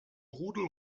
rudel